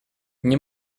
nie